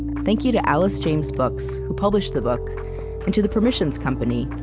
thank you to alice james books, who published the book, and to the permissions company,